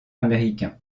américain